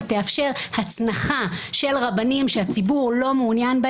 תאפשר הצנחה של רבנים שהציבור לא מעוניין.